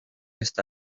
está